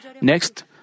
next